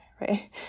right